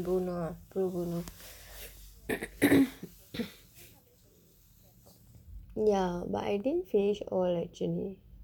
don't know ah xx ya but I didn't finish all actually